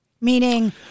Meaning